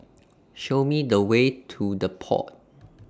Show Me The Way to The Pod